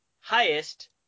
Highest